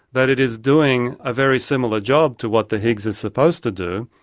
that it is doing a very similar job to what the higgs is supposed to do,